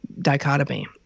dichotomy